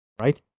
right